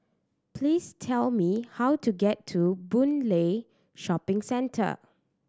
please tell me how to get to Boon Lay Shopping Centre